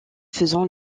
faisant